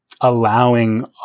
allowing